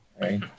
right